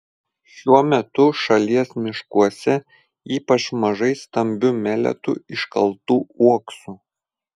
šiuo metu šalies miškuose ypač mažai stambių meletų iškaltų uoksų